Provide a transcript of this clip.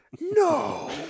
No